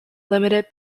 limited